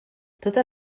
totes